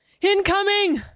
INCOMING